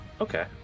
Okay